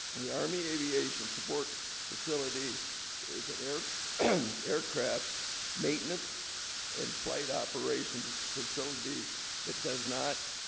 and the army aviation support facility is an eric aircraft maintenance and flight operations facility that does not